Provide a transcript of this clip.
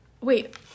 wait